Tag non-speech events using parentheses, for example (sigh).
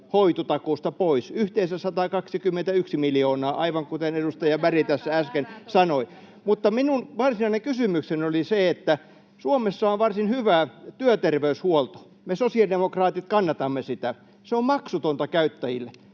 hoitotakuusta pois, eli yhteensä 121 miljoonaa, aivan kuten edustaja Berg tässä äsken sanoi. (noise) Minun varsinainen kysymykseni koskee sitä, että Suomessa on varsin hyvä työterveyshuolto, ja me sosiaalidemokraatit kannatamme sitä. Se on maksutonta käyttäjille.